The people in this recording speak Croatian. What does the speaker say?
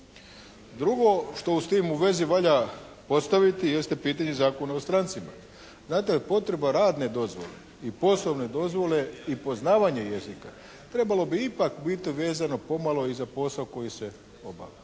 Drugo što s tim u vezi valja postaviti jeste pitanje Zakona o strancima. Znate, potreba radne dozvole i poslovne dozvole i poznavanja jezika trebalo bi ipak biti vezano pomalo i za posao koji se obavlja.